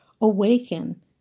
awaken